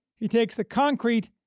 he takes the concrete,